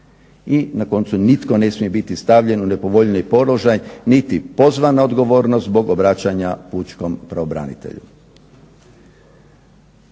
I na koncu, nitko ne smije biti stavljen u nepovoljniji položaj niti pozvan na odgovornost zbog obraćanja pučkom pravobranitelju.